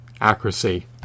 accuracy